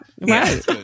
Right